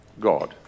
God